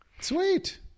Sweet